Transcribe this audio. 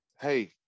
Hey